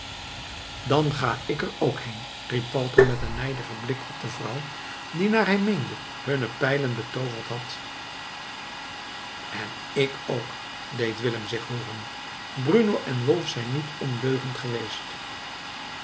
dan ga ik er ook heen riep walter met een nijdigen blik op de vrouw die naar hij meende hunne pijlen betooverd had en ik ook deed willem zich hooren bruno en wolf zijn niet ondeugend geweest